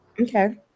Okay